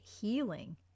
healing